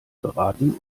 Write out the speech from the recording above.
beraten